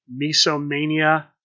Misomania